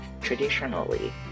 traditionally